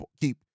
keep